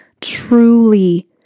truly